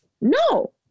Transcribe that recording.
No